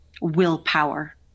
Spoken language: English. willpower